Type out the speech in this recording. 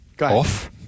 off